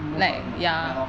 most likely not ya lor